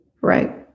Right